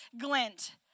glint